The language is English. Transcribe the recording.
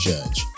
Judge